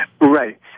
Right